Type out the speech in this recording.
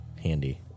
Handy